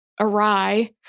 awry